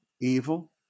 evil